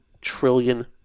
trillion